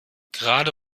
gerade